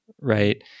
right